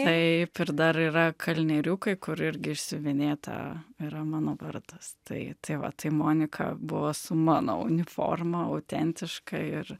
taip ir dar yra kalnieriukai kur irgi išsiuvinėta yra mano vardas tai tai va tai monika buvo su mano uniforma autentiška ir